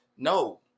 No